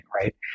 right